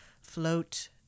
float